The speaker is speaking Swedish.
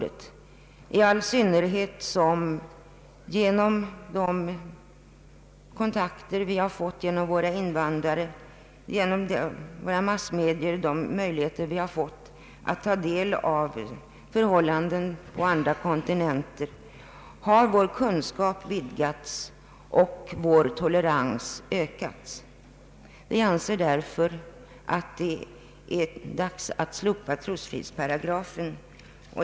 Detta gäller i all synnerhet som vår kunskap har vidgats och vår tolerans ökat genom de kontakter vi har fått genom våra invandrare, genom våra massmedier och genom att vi fått möjlighet till kännedom om förhållandena på andra kontinenter. Vi anser därför att tiden nu är inne att slopa trosfridsparagrafen.